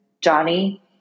Johnny